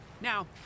Now